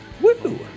Woo